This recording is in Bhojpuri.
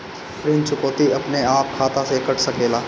ऋण चुकौती अपने आप खाता से कट सकेला?